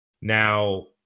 now